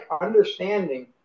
understanding